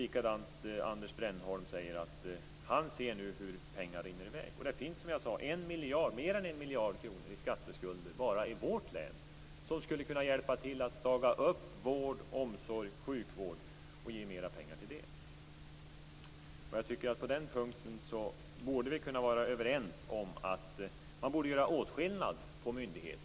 Också Anders Brännholm ser pengar rinna i väg. Som jag sade finns det mer än en miljard i skatteskulder bara i vårt län. De pengarna skulle kunna hjälpa till att staga upp vård och omsorg. Vi borde kunna vara överens om att man bör göra åtskillnad mellan myndigheter.